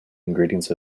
ingredients